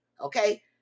okay